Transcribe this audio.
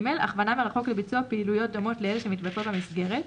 (ג) הכוונה מרחוק לביצוע פעילויות דומות לאלה שמתבצעות במסגרת,